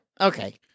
okay